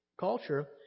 culture